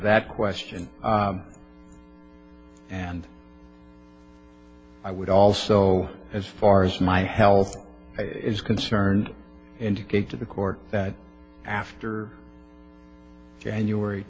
that question and i would also as far as my health is concerned indicate to the court that after january